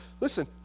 Listen